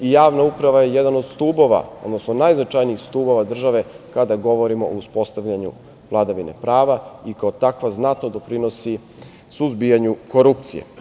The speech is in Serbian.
Javna uprava je jedan od stubova, odnosno najznačajnijih stubova države kada govorimo o uspostavljanju vladavine prava i kao takva znatno doprinosi suzbijanju korupcije.